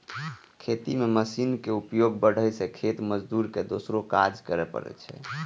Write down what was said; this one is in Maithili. खेती मे मशीनक उपयोग बढ़ै सं खेत मजदूर के दोसरो काज करै पड़ै छै